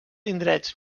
indrets